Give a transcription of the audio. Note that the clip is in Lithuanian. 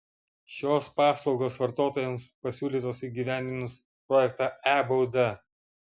šios paslaugos vartotojams pasiūlytos įgyvendinus projektą e bauda